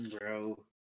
Bro